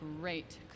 great